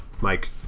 Mike